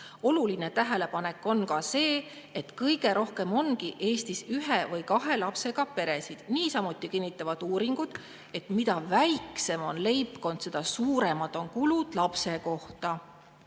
Oluline tähelepanek on ka see, et kõige rohkem ongi Eestis ühe või kahe lapsega peresid. Niisamuti kinnitavad uuringud, et mida väiksem on leibkond, seda suuremad on kulud lapse kohta.